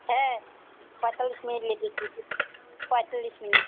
হ্যাঁ পঁয়তাল্লিশ মিনিট লেগেছে তো পঁয়তাল্লিশ মিনিট